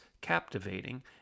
captivating